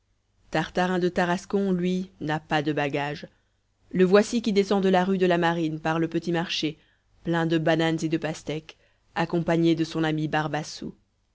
tartarin de tarascon lui n'a pas de bagages le voici qui descend de la rue de la marine par le petit marché plein de bananes et de pastèques accompagné de son ami barbassou